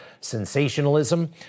sensationalism